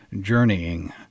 journeying